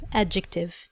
adjective